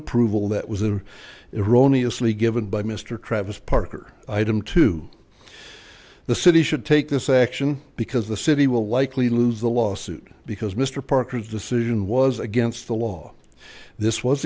approval that was the irani asli given by mr travis parker item to the city should take this action because the city will likely lose the lawsuit because mr parker the decision was against the law this was